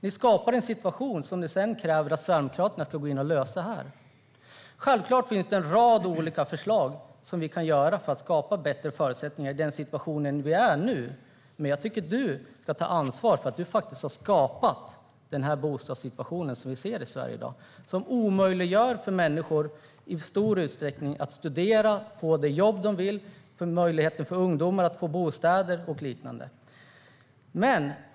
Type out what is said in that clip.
Ni skapade en situation ni sedan kräver att Sverigedemokraterna ska gå in och lösa. Självklart finns det en rad olika förslag vi kan genomföra för att skapa bättre förutsättningar i den situation vi är i nu. Jag tycker dock att du ska ta ansvar för att du faktiskt har skapat den bostadssituation vi ser i Sverige i dag, Caroline Szyber. Den omöjliggör i stor utsträckning för människor att studera och få det jobb de vill. Den omöjliggör för ungdomar att få bostäder och liknande.